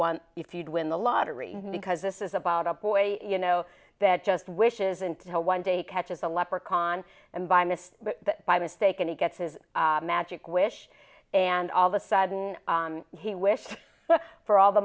won if you'd win the lottery because this is about a boy you know that just wishes until one day catches a leprechaun and by missed it by mistake and he gets his magic wish and all the sudden he wished for all the